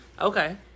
okay